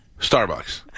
Starbucks